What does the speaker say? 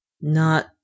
Not